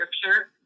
scripture